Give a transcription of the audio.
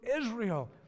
Israel